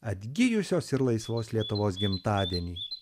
atgijusios ir laisvos lietuvos gimtadienį